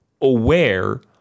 aware